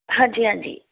ਹਾਂਜੀ ਹਾਂਜੀ